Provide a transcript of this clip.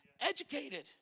educated